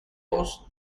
secos